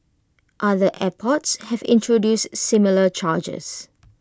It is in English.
other airports have introduced similar charges